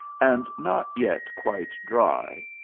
and not yet quite dry,